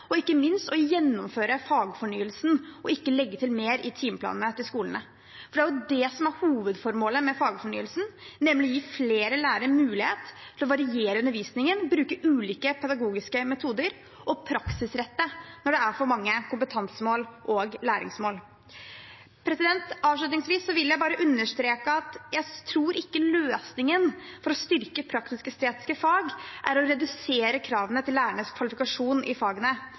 og ikke minst å gjennomføre fagfornyelsen og ikke legge til mer i timeplanene til skolene. Det er jo det som er hovedformålet med fagfornyelsen, nemlig å gi flere lærere mulighet til å variere undervisningen, bruke ulike pedagogiske metoder og praksisrette når det er for mange kompetansemål og læringsmål. Avslutningsvis vil jeg bare understreke at jeg tror ikke løsningen for å styrke praktisk-estetiske fag er å redusere kravene til lærernes kvalifikasjon i fagene.